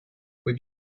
would